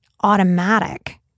automatic